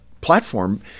platform